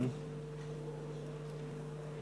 (תיקון מס' 7)